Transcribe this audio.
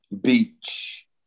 Beach